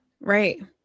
Right